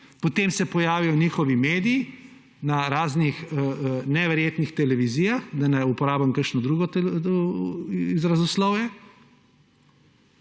potem se pojavijo njihovi mediji na raznih neverjetnih televizijah, da ne uporabim kakšnega drugega izrazoslovja,